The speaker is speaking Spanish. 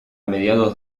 mediados